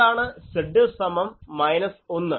എന്താണ് Z സമം 1